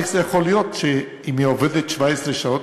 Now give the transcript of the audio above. איך זה יכול להיות שאם היא עובדת 17 שעות